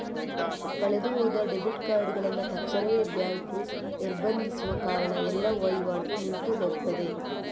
ಕಳೆದು ಹೋದ ಡೆಬಿಟ್ ಕಾರ್ಡುಗಳನ್ನ ತಕ್ಷಣವೇ ಬ್ಯಾಂಕು ನಿರ್ಬಂಧಿಸುವ ಕಾರಣ ಎಲ್ಲ ವೈವಾಟು ನಿಂತು ಹೋಗ್ತದೆ